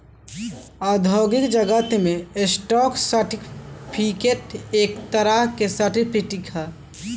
औद्योगिक जगत में स्टॉक सर्टिफिकेट एक तरह शेयर सर्टिफिकेट ह